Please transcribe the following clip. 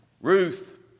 Ruth